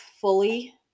fully